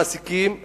המעסיקים והמדינה.